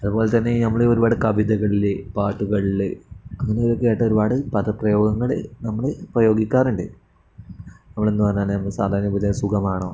അതുപോലെ തന്നെ നമ്മൾ ഒരുപാട് കവിതകളിൽ പാട്ടുകളിൽ അങ്ങനെയൊക്കെയായിട്ട് ആയിട്ട് ഒരുപാട് പലപ്രയോഗങ്ങള് നമ്മള് പ്രയോഗിക്കാറുണ്ട് നമ്മള എന്ന് പറഞ്ഞ നമ്മള് സാധാരണയ വിധ സുഖമാണോ